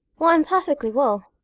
why, i'm perfectly well.